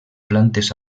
plantes